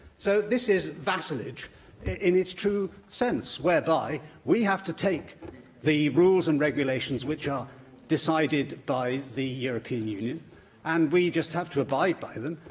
so, this is vassalage in its true sense, whereby we have to take the rules and regulations that are decided by the european union and we just have to abide by them.